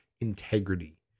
integrity